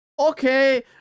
Okay